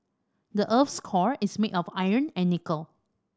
the earth's core is made of iron and nickel